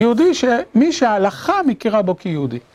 יהודי ש... מי שההלכה מכירה בו כיהודי.